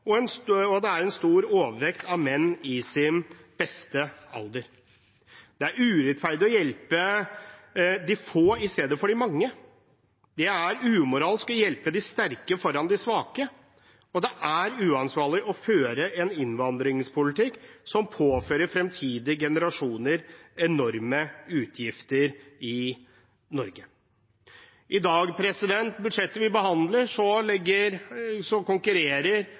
og det er en stor overvekt av menn i sin beste alder. Det er urettferdig å hjelpe de få i stedet for de mange, det er umoralsk å hjelpe de sterke foran de svake, og det er uansvarlig å føre en innvandringspolitikk som påfører fremtidige generasjoner i Norge enorme utgifter. I dag, i budsjettet vi behandler,